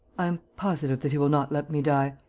i am positive that he will not let me die.